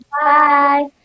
Bye